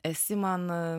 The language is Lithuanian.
esi man